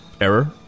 error